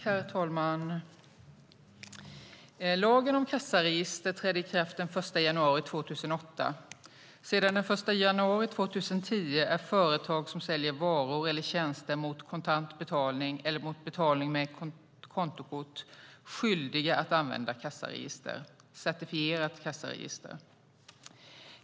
Herr talman! Lagen om kassaregister trädde i kraft den 1 januari 2008. Sedan den 1 januari 2010 är företag som säljer varor eller tjänster mot kontant betalning eller mot betalning med kontokort skyldiga att använda certifierat kassaregister.